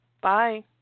Bye